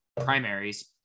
primaries